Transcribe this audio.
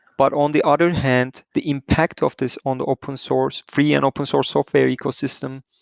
but on the other hand, the impact of this on the open source, free and open source software ecosystem,